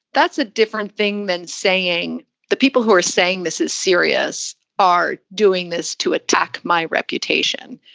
that's a different thing than saying the people who are saying this is serious are doing this to attack my reputation.